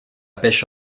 pêche